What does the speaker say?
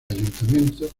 ayuntamiento